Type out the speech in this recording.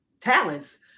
talents